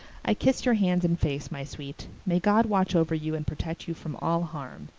i kiss your hands and face, my sweet. may god watch over you and protect you from all harm.